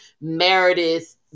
Meredith